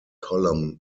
column